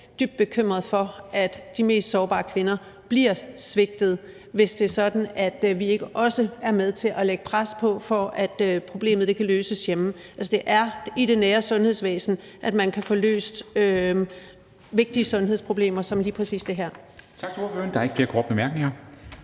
dybt bekymret for, at de mest sårbare kvinder bliver svigtet, hvis det er sådan, at vi ikke også er med til at lægge pres på, for at problemet kan løses hjemme. Altså, det er i det nære sundhedsvæsen, man kan få løst vigtige sundhedsproblemer som lige præcis det her.